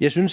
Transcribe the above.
jeg sådan